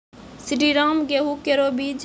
श्रीराम गेहूँ केरो बीज?